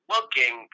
looking